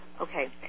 Okay